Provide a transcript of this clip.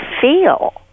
feel